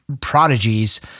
prodigies